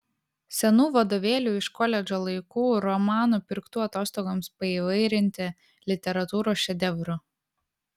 senų vadovėlių iš koledžo laikų romanų pirktų atostogoms paįvairinti literatūros šedevrų